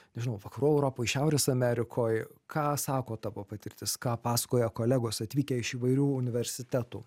nežinau vakarų europoj šiaurės amerikoj ką sako tavo patirtis ką pasakoja kolegos atvykę iš įvairių universitetų